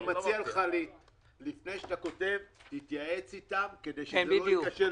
אני מציע שלפני שאתה כותב את הצעת החוק תתייעץ איתם כדי שלא ניכשל.